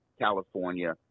California